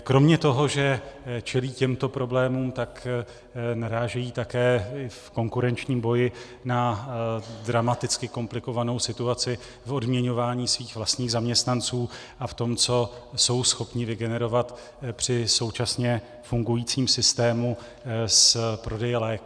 Kromě toho, že čelí těmto problémům, tak narážejí také v konkurenčním boji na dramaticky komplikovanou situaci v odměňování svých vlastních zaměstnanců a v tom, co jsou schopni vygenerovat při současně fungujícím systému z prodeje léků.